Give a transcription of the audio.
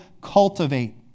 cultivate